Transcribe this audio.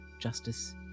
justice